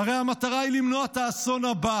"הרי המטרה היא למנוע את האסון הבא